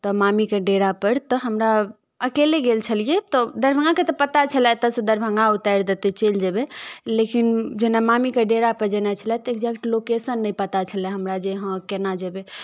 ओतऽ मामीके डेरापर तऽ हमरा अकेले गेल छलियै तऽ दरभंगाके तऽ पता छलै एतऽसँ दरभंगा उतारि देतै चलि जेबै लेकिन जेना मामीके डेरापर जेनाइ छलै तऽ इग्जैक्ट लोकेशन नहि पता छलै हमरा जे हँ केना जेबै